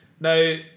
now